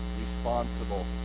responsible